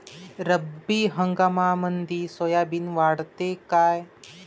रब्बी हंगामामंदी सोयाबीन वाढते काय?